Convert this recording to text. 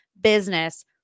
business